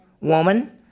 woman